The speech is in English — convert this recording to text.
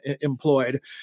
employed